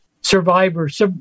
survivors